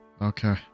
okay